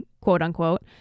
quote-unquote